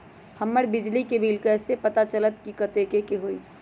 हमर बिजली के बिल कैसे पता चलतै की कतेइक के होई?